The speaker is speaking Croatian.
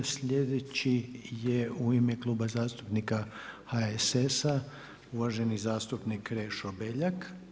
Sljedeći je u ime Kluba zastupnika HSS-a, uvaženi zastupnik Krešo Beljak.